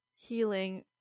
healing